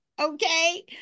Okay